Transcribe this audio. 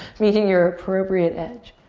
meeting your appropriate edge.